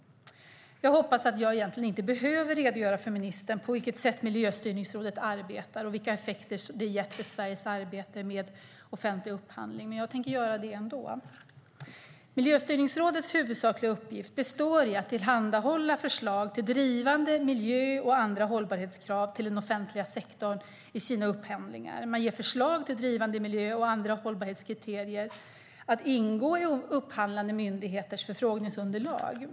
Jag hoppas att jag egentligen inte behöver redogöra för ministern för på vilket sätt Miljöstyrningsrådet arbetar och vilka effekter som det har gett för Sveriges arbete med offentlig upphandling, men jag tänker göra det ändå. Miljöstyrningsrådets huvudsakliga uppgift består i att tillhandahålla förslag till drivande miljökrav och andra hållbarhetskrav till den offentliga sektorn i upphandlingar. Man ger förslag till drivande miljökriterier och andra hållbarhetskriterier att ingå i upphandlande myndigheters förfrågningsunderlag.